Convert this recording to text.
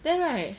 then right